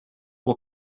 will